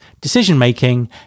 decision-making